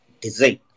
design